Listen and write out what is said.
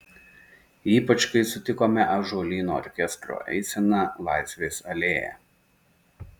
ypač kai sutikome ąžuolyno orkestro eiseną laisvės alėja